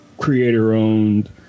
Creator-owned